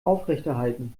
aufrechterhalten